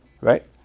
Right